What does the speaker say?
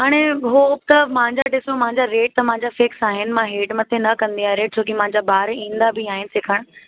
हाणे हो त मुंहिंजा ॾिसो मुंहिंजा रेट त मुंहिंजा फ़िक्स आहिनि मां हेठ मथे न कंदी आहियां रेट छो की मुंहिंजा ॿार ईंदा बि आहिनि सिखणु